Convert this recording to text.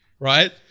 Right